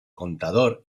contador